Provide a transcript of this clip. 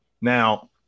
Now